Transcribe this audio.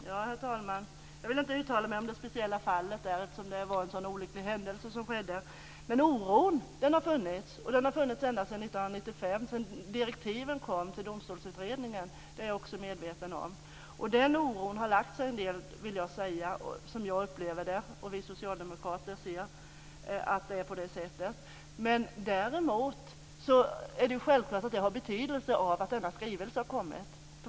Herr talman! Jag vill inte uttala mig om det speciella fallet, eftersom det var en så olycklig händelse. Denna oro har funnits sedan 1995, sedan direktiven gavs till Domstolsutredningen - det är jag också medveten om. Jag vill påstå att den oron har lagts sig till en del, och vi socialdemokrater kan se att det är på det sättet. Däremot är det självklart att det har betydelse att denna skrivelse har kommit.